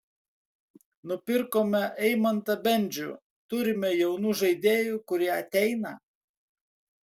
nupirkome eimantą bendžių turime jaunų žaidėjų kurie ateina